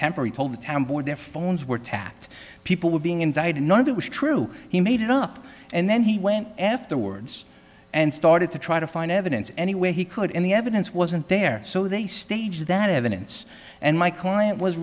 temper he told the town board their phones were tapped people were being indicted and none of that was true he made it up and then he went afterwards and started to try to find evidence any way he could and the evidence wasn't there so they staged that evidence and my client was